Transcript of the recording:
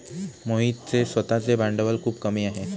मोहितचे स्वतःचे भांडवल खूप कमी आहे